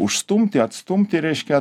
užstumti atstumti reiškia